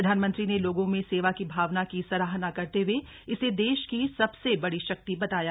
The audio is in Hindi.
प्रधानमंत्री ने लोगों में सेवा की भावना की सराहना करते हुए इसे देश की सबसे बड़ी शक्ति बताया